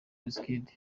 wizkid